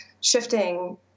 shifting